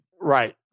Right